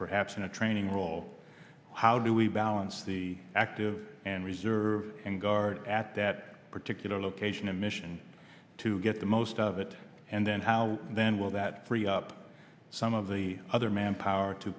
perhaps in a training role how do we balance the active and reserve and guard at that particular location a mission to get the most of it and then how then will that free up some of the other manpower to